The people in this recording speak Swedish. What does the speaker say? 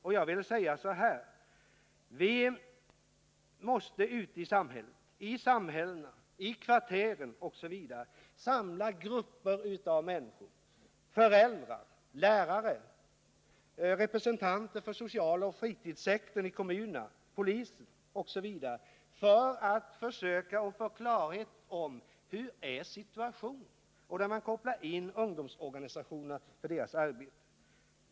Och jag vill säga: Vi måste ute i samhället, i kvarteren osv. samla grupper av människor — föräldrar, lärare, representanter för socialoch fritidssektorn i kommunen, polisen osv. — för att försöka få klarhet i hur situationen är. Och här bör vi koppla in ungdomsorganisationerna och deras arbete.